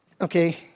okay